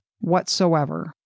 whatsoever